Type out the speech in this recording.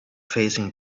facing